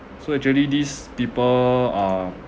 so actually these people are